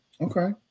Okay